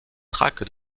traque